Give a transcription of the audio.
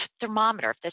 thermometer